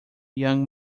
young